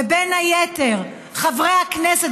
ובין היתר חברי הכנסת,